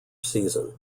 season